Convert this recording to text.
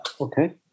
Okay